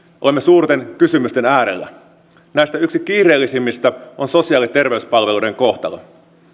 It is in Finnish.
olemme suurten kysymysten äärellä näistä yksi kiireellisimmistä on sosiaali ja terveyspalveluiden kohtalo